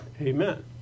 Amen